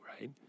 Right